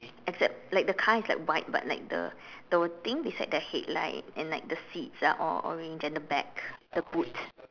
except like the car is like white but like the the thing beside the headlight and like the seats are all orange and the back the boot